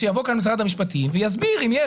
שיבוא לכאן משרד המשפטים ויסביר אם יש